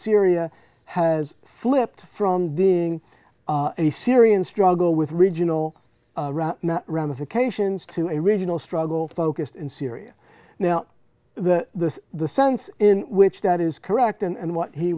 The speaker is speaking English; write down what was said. syria has flipped from being a syrian struggle with regional ramifications to a regional struggle focused in syria now the the sense in which that is correct and what he